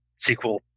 SQL